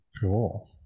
Cool